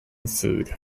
food